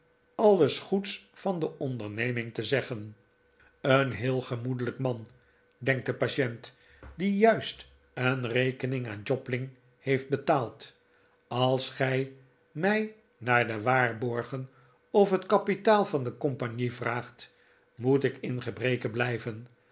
alles goeds van de onderneming te zeggen een heel gemoedelijk man denkt de patient die juist een rekening aan jobling heeft betaald als gij mij naar de waarborgen of het kapitaal van de compagnie vraagt moet ik in gebreke blijven